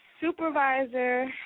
supervisor